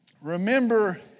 remember